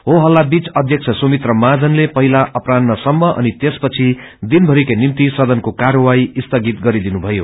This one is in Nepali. हो हत्ता बीच अध्यक्ष सुमित्रा महाजनले पहिला अपरान्ह सम्म अनि त्यसपछि दिन भरिकै निम्ति सदनको कार्यवाही स्थगित गरिदिनुमयो